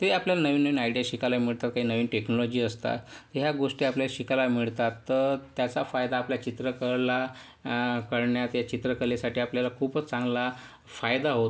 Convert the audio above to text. ते आपल्याला नवीन नवीन आयडिया शिकायला मिळतात काही नवीन टेक्नॉलॉजी असतात ह्या गोष्टी आपल्याला शिकायला मिळतात तर त्याचा फायदा आपल्याला चित्रकला करण्यात चित्रकलेसाठी आपल्याला खूपच चांगला फायदा होतो